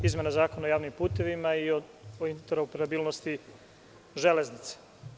Izmena Zakona o javnim putevima i o interoperabilnosti železnice.